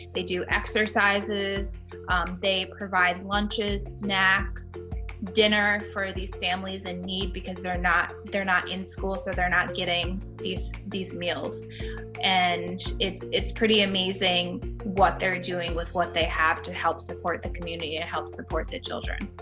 they do exercises they provide lunches snacks dinner for these families in need because they're not they're not in school so they're not getting these these meals and it's it's pretty amazing what they're doing with what they have to help support the community it helps support the children.